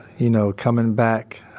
you know, coming back,